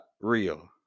real